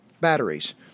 batteries